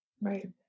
right